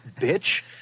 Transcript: bitch